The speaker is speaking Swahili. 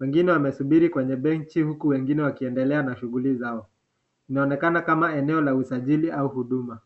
wengine wakisubiri kwenye bench huku wengine wakiendelea na shuguli zao. Inaonekana ni eneo la usajili au huduma.